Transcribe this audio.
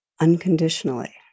Unconditionally